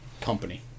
company